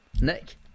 Nick